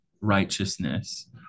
righteousness